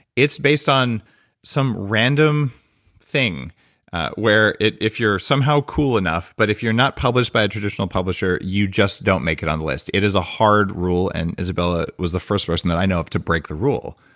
it's based on some random thing where if you're somehow cool enough, but if you're not published by a traditional publisher, you just don't make it on the list. it is a hard rule, and izabella was the first person that i know of to break the rule.